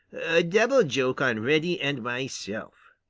a double joke on reddy and myself,